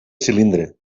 cilindre